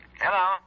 Hello